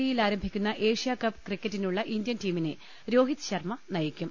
ഇയിൽ ആരംഭിക്കുന്ന ഏഷ്യകപ്പ് ക്രിക്ക റ്റിനുള്ള ഇന്ത്യൻ ടീമിനെ രോഹിത് ശർമ്മ നയിക്കും